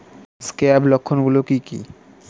Scab লক্ষণ গুলো কি কি?